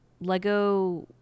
lego